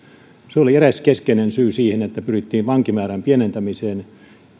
se oli eräs keskeinen syy siihen että pyrittiin vankimäärän pienentämiseen